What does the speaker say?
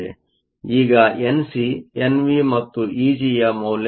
ಈಗ N C N V ಮತ್ತು ಇಜಿಯ ಮೌಲ್ಯ ತಿಳಿದಿದೆ